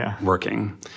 working